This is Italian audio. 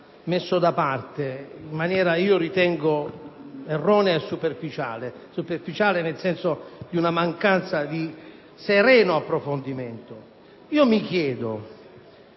messo da parte, in maniera, io ritengo, erronea e superficiale, nel senso di una mancanza di sereno approfondimento. Mi chiedo: